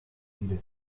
zuwider